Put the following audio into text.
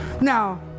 Now